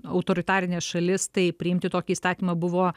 autoritarinė šalis tai priimti tokį įstatymą buvo